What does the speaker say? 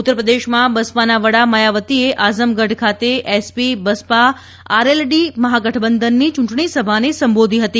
ઉત્તરપ્રદેશમાં બસપાના વડા માયાવતીએ આઝમગઢ ખાતે એસપી બસપા આરએલડી મહાગઠબંધનની ચૂંટણી સભાને સંબોધી હતી